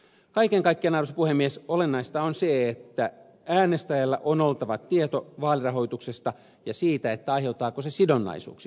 kaiken kaikkiaan arvoisa puhemies olennaista on se että äänestäjällä on oltava tieto vaalirahoituksesta ja siitä aiheuttaako se sidonnaisuuksia